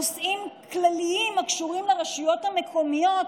נושאים כלליים הקשורים לרשויות המקומיות,